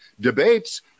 debates